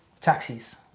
taxis